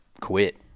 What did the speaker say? quit